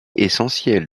essentielle